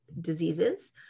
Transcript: diseases